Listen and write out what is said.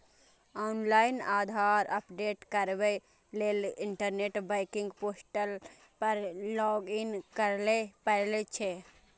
online Aadhaar update कराबै लेल internet banking portal पर लॉगइन करय पड़ै छै